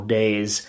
days